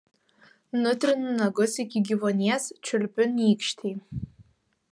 nutrinu nagus iki gyvuonies čiulpiu nykštį